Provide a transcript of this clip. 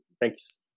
Thanks